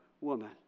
woman